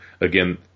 again